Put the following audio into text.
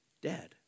dead